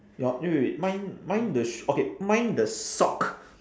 your wait wait wait mine mine the sh~ okay mine the sock